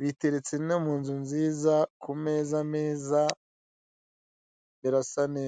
Biteretse no mu nzu nziza, ku meza meza, birasa neza.